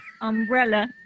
Umbrella